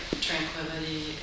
tranquility